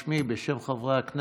בשמי, בשם חברי הכנסת,